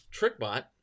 TrickBot